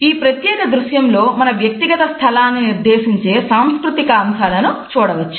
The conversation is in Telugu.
ఈ ప్రత్యేక దృశ్యం లో మన వ్యక్తిగత స్థలాన్ని నిర్దేశించే సాంస్కృతిక అంశాలను చూడవచ్చు